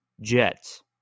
Jets